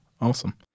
Awesome